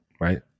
right